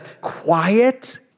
quiet